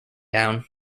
down